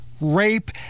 rape